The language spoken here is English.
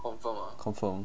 confirm